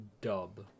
dub